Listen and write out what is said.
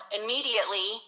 immediately